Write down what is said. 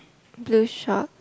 blue short